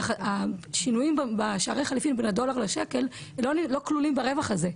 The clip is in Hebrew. השינויים בשערי החליפין בין הדולר לשקל לא כלולים ברווח הזה,